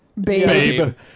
Babe